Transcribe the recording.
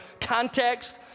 context